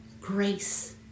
grace